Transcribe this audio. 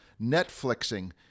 Netflixing